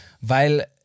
weil